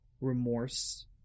Remorse